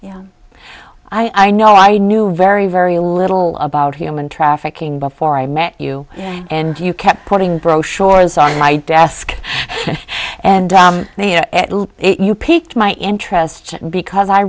person i know i knew very very little about human trafficking before i met you and you kept putting brochures on my desk and you piqued my interest because i